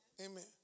Amen